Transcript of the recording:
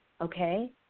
okay